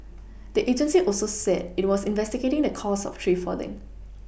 the agency also said it was investigating the cause of the tree falling